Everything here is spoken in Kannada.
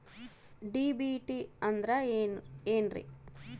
ಡಿ.ಬಿ.ಟಿ ಅಂದ್ರ ಏನ್ರಿ?